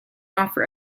offer